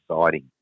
exciting